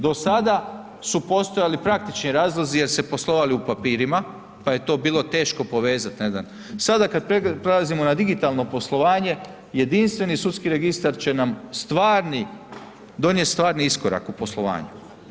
Do sada su postojali praktični razlozi jer se poslovali u papirima, pa je to bilo teško povezat, ne znam, sada kada prelazimo na digitalno poslovanje, jedinstveni sudski registar će nam stvarni, donijet stvarni iskorak u poslovanju.